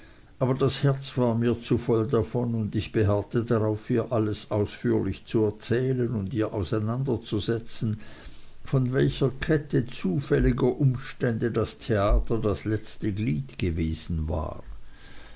aber das herz war mir zu voll davon und ich beharrte darauf ihr alles ausführlich zu erzählen und ihr auseinanderzusetzen von welcher kette zufälliger umstände das theater das letzte glied gewesen war